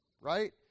right